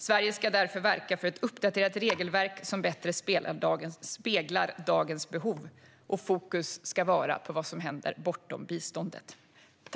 Sverige ska därför verka för ett uppdaterat regelverk som bättre speglar dagens behov, och fokus ska vara på vad som händer bortom biståndet.